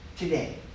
today